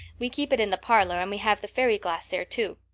we keep it in the parlor and we have the fairy glass there, too.